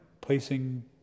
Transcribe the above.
placing